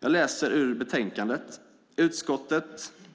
Jag läser ur betänkandet på s. 27: